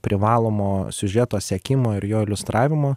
privalomo siužeto sekimo ir jo iliustravimo